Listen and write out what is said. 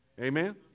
Amen